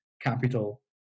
capital